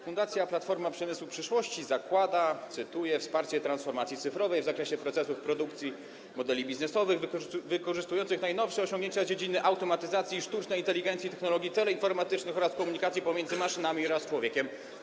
Fundacja Platforma Przemysłu Przyszłości zakłada, cytuję: wsparcie transformacji cyfrowej w zakresie procesów, produktów i modeli biznesowych wykorzystujących najnowsze osiągnięcia z dziedziny automatyzacji, sztucznej inteligencji, technologii teleinformatycznych oraz komunikacji pomiędzy maszynami a człowiekiem.